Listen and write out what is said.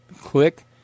click